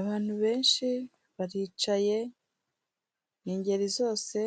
Abantu benshi baricaye ni ingeri zose